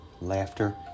laughter